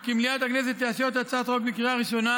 כי מליאת הכנסת תאשר את הצעת החוק בקריאה ראשונה,